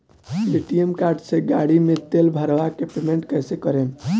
ATM card से गाड़ी मे तेल भरवा के पेमेंट कैसे करेम?